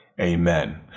Amen